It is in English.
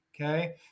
okay